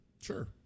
Sure